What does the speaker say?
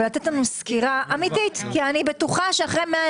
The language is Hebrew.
רוויזיה על הסתייגות מספר 27. מי בעד קבלת